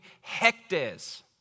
hectares